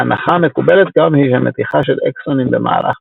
ההנחה המקובלת כיום היא שמתיחה של אקסונים במהלך